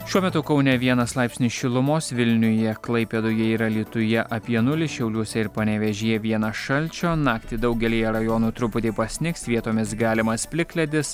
šiuo metu kaune vienas laipsnis šilumos vilniuje klaipėdoje ir alytuje apie nulį šiauliuose ir panevėžyje vienas šalčio naktį daugelyje rajonų truputį pasnigs vietomis galimas plikledis